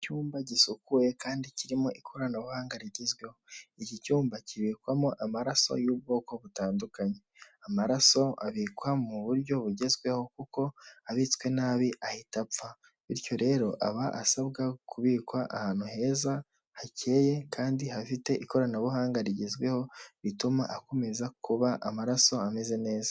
Icyumba gisukuye kandi kirimo ikoranabuhanga rigezweho. Iki cyumba kibikwamo amaraso y'ubwoko butandukanye. Amaraso abikwa mu buryo bugezweho, kuko abitswe nabi ahita apfa. Bityo rero aba asabwa kubikwa ahantu heza, hakeye kandi hafite ikoranabuhanga rigezweho, rituma akomeza kuba amaraso ameze neza.